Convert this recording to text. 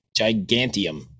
Gigantium